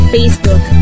Facebook